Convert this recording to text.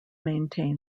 maintain